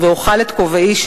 ואוכל את כובעי,